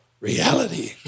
reality